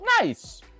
Nice